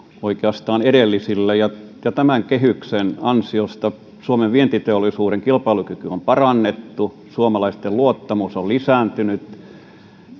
oikeastaan edellisille tämän kehyksen ansiosta suomen vientiteollisuuden kilpailukykyä on parannettu suomalaisten luottamus on lisääntynyt